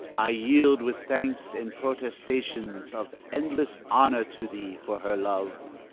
i yield with thanks and protestations of endless honour to thee for her love.